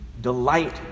Delight